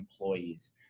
employees